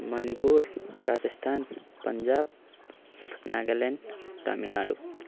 Manipur Rajasthan Punjab Nagaland Tamil Nadu